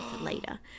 later